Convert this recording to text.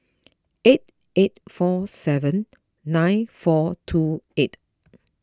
eight eight four seven nine four two eight